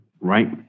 right